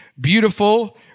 beautiful